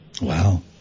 Wow